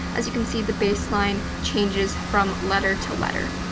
as you can see, the baseline changes from letter to letter.